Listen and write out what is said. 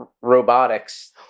robotics